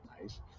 nice